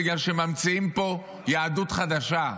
בגלל שממציאים פה יהדות חדשה.